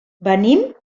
venim